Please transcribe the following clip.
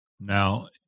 Now